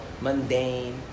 mundane